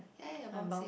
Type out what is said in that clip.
ya you're bouncing